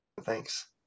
Thanks